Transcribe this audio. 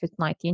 COVID-19